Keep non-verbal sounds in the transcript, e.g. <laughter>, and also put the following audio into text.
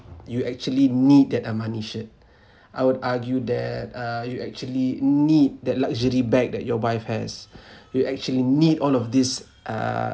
you actually need that armani shirt <breath> I would argue that uh you actually need that luxury bag that your wife has <breath> you actually need all of these uh